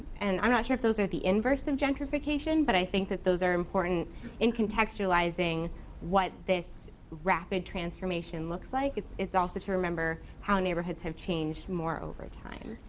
and i'm not sure if those are the inverse of gentrification, but i think that those are important in contextualizing what this rapid transformation looks like. it's it's also to remember how neighborhoods have changed more over time.